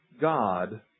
God